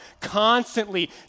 Constantly